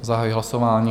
Zahajuji hlasování.